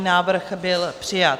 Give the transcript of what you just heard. Návrh byl přijat.